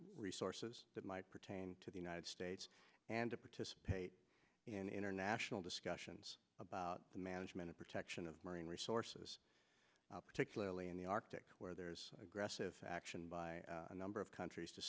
resources that might pertain to the united states and to participate in international discussions about the management of protection of marine resources particularly in the arctic where there is aggressive action by a number of countries to